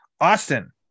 Austin